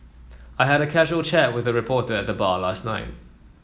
I had a casual chat with a reporter at the bar last night